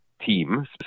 team